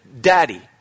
Daddy